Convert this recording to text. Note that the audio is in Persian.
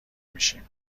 میشیم